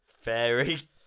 Fairy